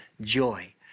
joy